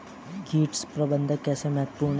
कीट प्रबंधन कैसे महत्वपूर्ण है?